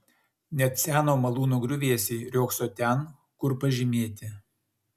net seno malūno griuvėsiai riogso ten kur pažymėti